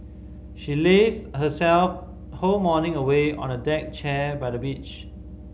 she lazed her sell whole morning away on a deck chair by the beach